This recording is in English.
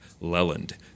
Leland